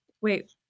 Wait